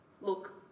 look